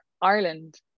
Ireland